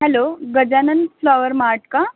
hello Gajanan flower mart का